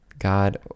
God